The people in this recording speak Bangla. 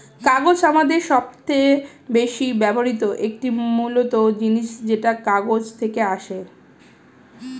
কাগজ আমাদের সবচেয়ে বেশি ব্যবহৃত একটি মূল জিনিস যেটা কাঠ থেকে আসে